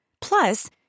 Plus